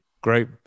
Great